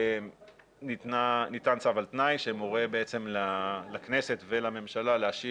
ניתן צו על תנאי שמורה בעצם לכנסת ולממשלה להשיב